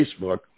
Facebook